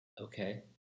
Okay